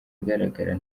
agaragara